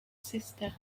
sister